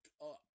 up